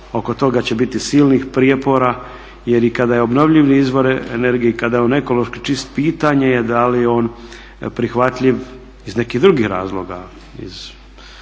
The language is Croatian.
oko toga će biti silnih prijepora. Jer i kada je obnovljiv izvor energije i kada je on ekološki čist pitanje je da li je on prihvatljiv iz nekih drugih razloga.